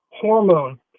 hormone